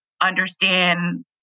understand